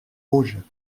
rouges